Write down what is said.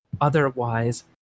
otherwise